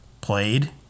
played